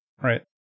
right